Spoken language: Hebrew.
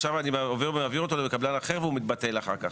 עכשיו אני מעביר אותו לקבלן אחר והוא מתבטל אחר כך.